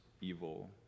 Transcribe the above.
evil